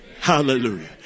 Hallelujah